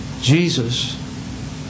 Jesus